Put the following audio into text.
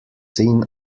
seen